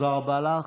תודה רבה לך.